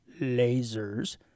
lasers